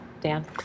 Dan